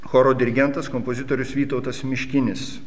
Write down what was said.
choro dirigentas kompozitorius vytautas miškinis